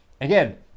Again